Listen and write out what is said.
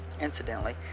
Incidentally